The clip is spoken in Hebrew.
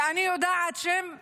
ואני יודעת שהם התחילו,